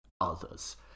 others